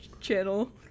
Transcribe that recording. channel